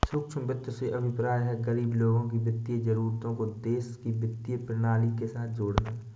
सूक्ष्म वित्त से अभिप्राय है, गरीब लोगों की वित्तीय जरूरतों को देश की वित्तीय प्रणाली के साथ जोड़ना